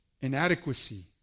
inadequacy